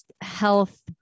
health